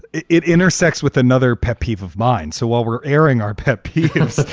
it it intersects with another pet peeve of mine. so while we're airing our pet peeves,